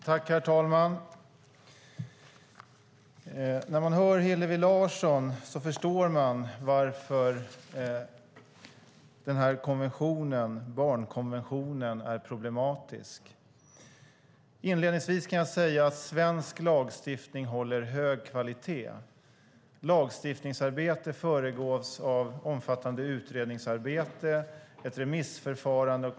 Herr talman! När man hör Hillevi Larsson förstår man varför den här konventionen, barnkonventionen, är problematisk. Inledningsvis kan jag säga att svensk lagstiftning håller hög kvalitet. Lagstiftningsarbete föregås av omfattande utredningsarbete och ett remissförfarande.